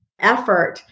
effort